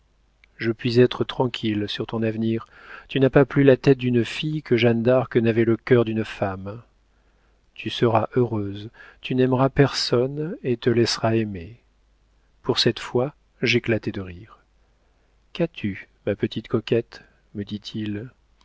je puis être tranquille sur ton avenir tu n'as pas plus la tête d'une fille que jeanne d'arc n'avait le cœur d'une femme tu seras heureuse tu n'aimeras personne et te laisseras aimer pour cette fois j'éclatai de rire qu'as-tu ma petite coquette me dit-il